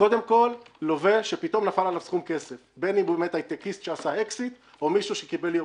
פתאום כסף בין אם זה הייטקיסט שעשה כסף או מישהו שקיבל ירושה.